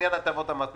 לעניין הטבות המס,